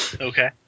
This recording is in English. Okay